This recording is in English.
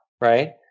Right